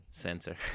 Sensor